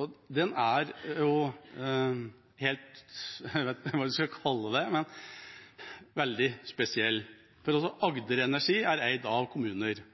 og den er jo – jeg vet ikke hva jeg skal kalle det – veldig spesiell, for også Agder Energi er eid av kommuner,